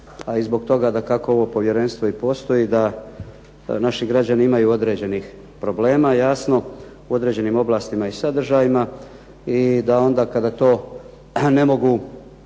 a i zbog toga dakako ovo povjerenstvo i postoji, da naši građani imaju određenih problema jasno u određenim oblastima i sadržajima i da onda kada to ne mogu